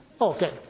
Okay